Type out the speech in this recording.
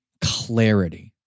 clarity